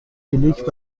کلیک